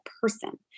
person